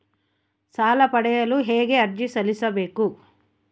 ಸಾಲ ಪಡೆಯಲು ಹೇಗೆ ಅರ್ಜಿ ಸಲ್ಲಿಸಬೇಕು?